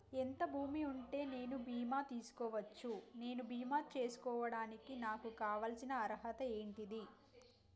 ఎంత భూమి ఉంటే నేను బీమా చేసుకోవచ్చు? నేను బీమా చేసుకోవడానికి నాకు కావాల్సిన అర్హత ఏంటిది?